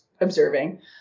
observing